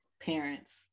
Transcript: parents